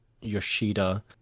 Yoshida